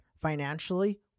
financially